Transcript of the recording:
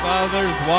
Father's